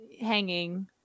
hanging